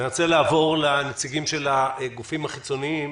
ולעבור לנציגי הגופים החיצוניים.